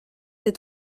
des